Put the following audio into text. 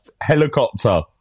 helicopter